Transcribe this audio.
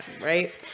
right